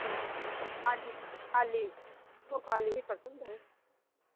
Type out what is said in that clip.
काली काली हमको काली ही पसंद है